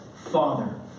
father